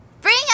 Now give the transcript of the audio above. bring